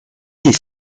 des